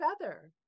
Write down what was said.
feather